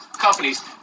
companies